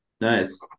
Nice